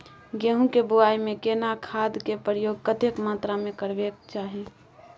गेहूं के बुआई में केना खाद के प्रयोग कतेक मात्रा में करबैक चाही?